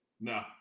No